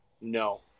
No